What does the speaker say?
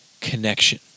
connection